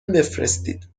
بفرستید